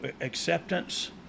acceptance